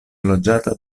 loĝata